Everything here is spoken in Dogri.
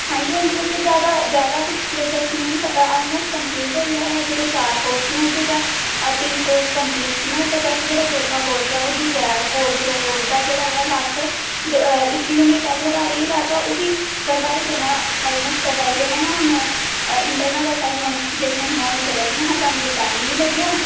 नेईं बच्चे जादै सलेब्स ऑलमोस्ट कम्पलीट होई गेदा जेह्ड़े चार कोर्स न ओह्दे चा तीन कम्पलीट न जेह्ड़ा चौथा कोर्स ऐ फोर जीरो फोर लॉस्ट इक्क यूनिट ऐ थोह्ड़ा रेही गेदा ओह्बी करवाई देना ऑलमोस्ट करवाई देना हून इंटरनल असाईनमेंटां हियां जेह्ड़ियां ओह् मिगी टैम निं लग्गेआ